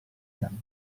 fiamme